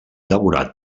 devorat